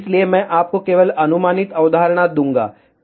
इसलिए मैं आपको केवल अनुमानित अवधारणा दूंगा ठीक